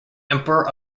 emperor